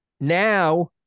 now